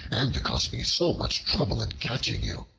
and to cost me so much trouble in catching you?